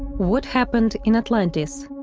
what happened in atlantis?